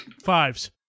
Fives